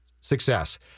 success